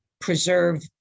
preserve